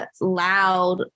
loud